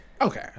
Okay